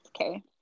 Okay